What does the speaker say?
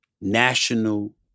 national